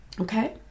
Okay